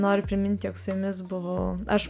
noriu primint jog su jumis buvau aš